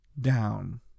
down